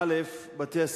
א.